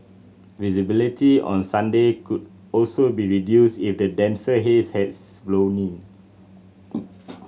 visibility on Sunday could also be reduced if the denser haze has blown in